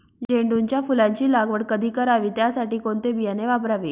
झेंडूच्या फुलांची लागवड कधी करावी? त्यासाठी कोणते बियाणे वापरावे?